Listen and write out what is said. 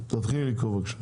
תתחילי לקרוא בבקשה.